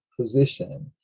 position